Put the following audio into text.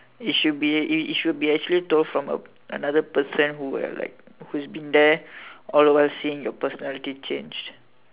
it should be it should be actually told from a another person who have like who's been there all the while seeing your personality changed